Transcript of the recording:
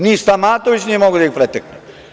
Ni Stamatović nije mogao da ih pretekne.